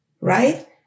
Right